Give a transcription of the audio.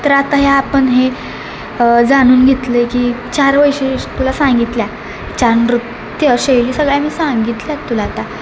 तर आता हे आपणहे जाणून घेतलं आहे की चार वैशिष तुला सांगितल्या चार नृत्य शैली सगळ्या तुला मी सांगितल्या आहेत तुला आता